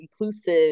inclusive